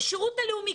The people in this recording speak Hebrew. השירות הלאומי,